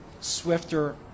swifter